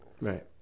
Right